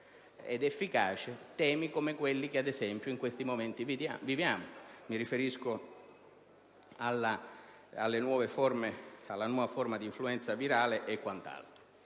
ed efficace temi come quelli che in questi momenti viviamo. Mi riferisco alla nuova forma di influenza virale e ad altri